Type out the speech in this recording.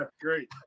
great